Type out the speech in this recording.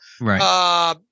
right